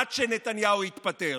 עד שנתניהו יתפטר.